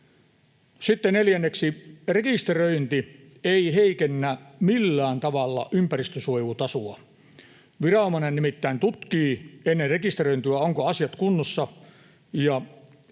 Sitten neljänneksi, rekisteröinti ei heikennä millään tavalla ympäristönsuojelun tasoa. Viranomainen nimittäin tutkii ennen rekisteröintiä, ovatko asiat kunnossa.